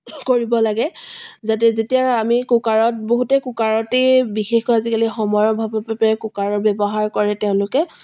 কৰিব লাগে যাতে যেতিয়া আমি কুকাৰত বহুতে কুকাৰতেই বিশেষকৈ আজিকালি সময়ৰ অভাৱৰ বাবে কুকাৰৰ ব্যৱহাৰ কৰে তেওঁলোকে